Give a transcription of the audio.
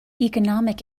economic